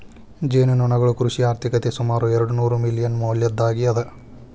ಜೇನುನೊಣಗಳು ಕೃಷಿ ಆರ್ಥಿಕತೆಗೆ ಸುಮಾರು ಎರ್ಡುನೂರು ಮಿಲಿಯನ್ ಮೌಲ್ಯದ್ದಾಗಿ ಅದ